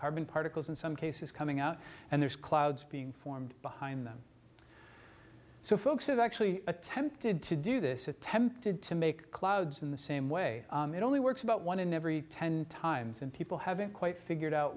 carbon particles in some cases coming out and there's clouds being formed behind them so folks have actually attempted to do this attempted to make clouds in the same way it only works about one in every ten times and people haven't quite figured out